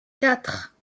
quatre